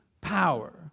power